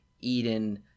Eden